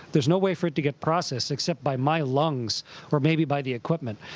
there's no way for it to get processed except by my lungs or maybe by the equipment.